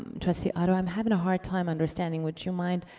trustee otto, i'm having a hard time understanding. would you mind